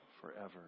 forever